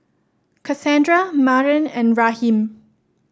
Cassandra Maren and Raheem